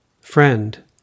Friend